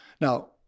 Now